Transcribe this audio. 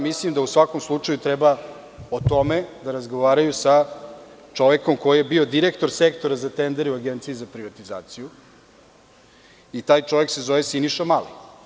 Mislim da u svakom slučaju treba o tome da razgovaraju sa čovekom koji je bio direktor Sektora za tendere u Agenciji za privatizaciju i taj čovek se zove Siniša Mali.